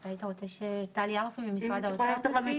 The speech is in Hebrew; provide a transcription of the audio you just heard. היית רוצה שטלי ארפי ממשרד האוצר תסביר?